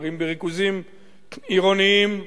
גרים בריכוזים עירוניים.